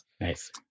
Nice